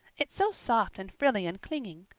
it's so soft and frilly and clinging.